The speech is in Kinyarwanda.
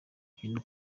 tugenda